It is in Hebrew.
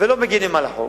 ולא מגינים על החוק,